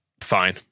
fine